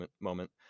moment